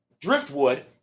Driftwood